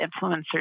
influencers